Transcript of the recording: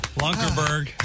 Lunkerberg